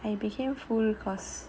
then I became full cause